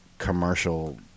commercial